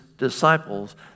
disciples